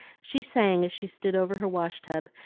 she sang as she stood over her wash-tub,